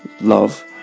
love